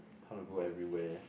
how to go everywhere